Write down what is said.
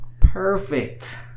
Perfect